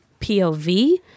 POV